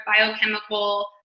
biochemical